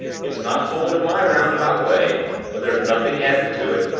it's not told in my roundabout way but there's nothing added to it,